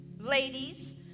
ladies